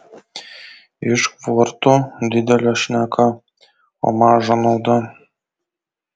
iš kvortų didelė šneka o maža nauda